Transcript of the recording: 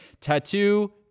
tattoo